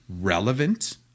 relevant